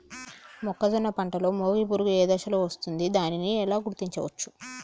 మొక్కజొన్న పంటలో మొగి పురుగు ఏ దశలో వస్తుంది? దానిని ఎలా గుర్తించవచ్చు?